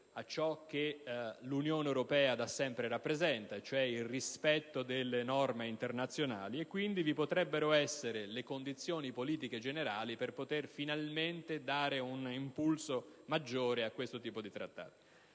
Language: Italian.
a ciò che l'Unione europea da sempre rappresenta, e cioè il rispetto delle norme internazionali, e quindi vi potrebbero essere le condizioni politiche generali per poter finalmente dare un impulso maggiore a questo tipo di trattati.